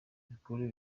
bikuru